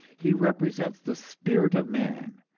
he represents the spirit of man,